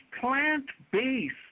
plant-based